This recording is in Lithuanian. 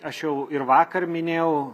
aš jau ir vakar minėjau